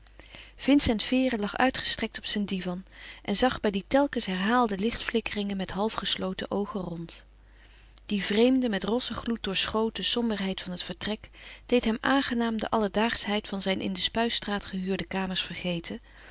vincent vere lag uitgestrekt op zijn divan en zag bij die telkens herhaalde lichtflikkeringen met halfgesloten oogen rond die vreemde met rossen gloed doorschoten somberheid van het vertrek deed hem aangenaam de alledaagschheid van zijn in de spuistraat gehuurde kamers vergeten